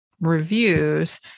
reviews